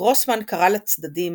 גרוסמן קרא לצדדים